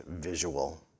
visual